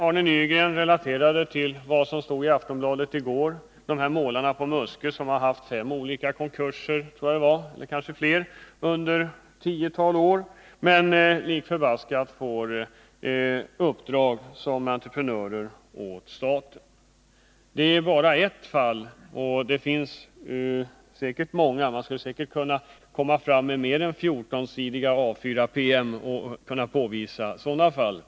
Arne Nygren relaterade vad som stod i Aftonbladet i går om målarna på Muskö som hade gjort konkurs fem gånger eller mer under ett tiotal år men ändå får uppdrag som entreprenörer åt staten. Det är bara ett fall — man skulle säkert kunna göra upp mer än 14-sidiga PM i A 4-format över sådana fall.